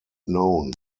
known